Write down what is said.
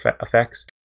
effects